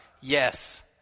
yes